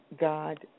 God